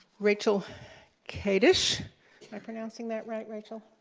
rachel kadish am i pronouncing that right, rachel?